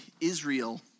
Israel